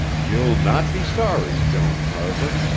you'll not be sorry, joan carver,